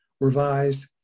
revised